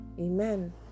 Amen